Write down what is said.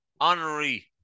honorary